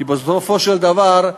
כי בסופו של דבר,